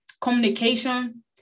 communication